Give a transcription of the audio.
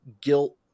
guilt